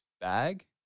bag